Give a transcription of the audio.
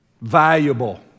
valuable